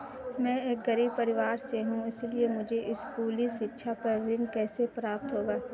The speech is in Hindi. मैं एक गरीब परिवार से हूं इसलिए मुझे स्कूली शिक्षा पर ऋण कैसे प्राप्त होगा?